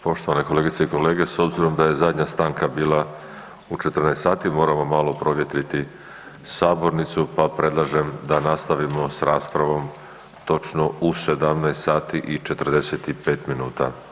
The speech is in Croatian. Poštovane kolegice i kolege, s obzirom da je zadnja stanka bila u 14 sati, moramo malo provjetriti sabornicu pa predlažem da nastavimo s raspravom točno u 17 sati i 45 minuta.